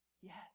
yes